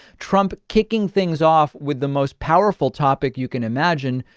trump kicking things off with the most powerful topic you can imagine.